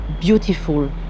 beautiful